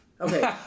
Okay